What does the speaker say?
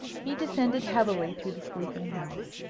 he descended heavily through the sleeping house.